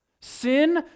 sin